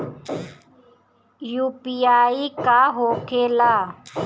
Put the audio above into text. UPI का होके ला?